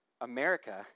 America